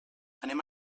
anem